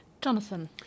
Jonathan